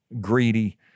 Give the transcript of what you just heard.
greedy